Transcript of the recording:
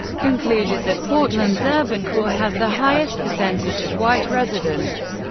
concluded that portland's urban core has the highest percentage of white residents.